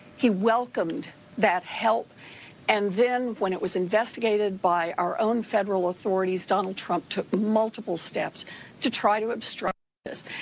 he welcomed that help and then when it was investigated by our own federal authorities, donald trump took multiple steps to try to obstruct this.